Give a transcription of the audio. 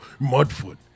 Mudfoot